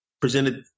presented